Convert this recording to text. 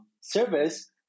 service